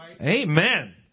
Amen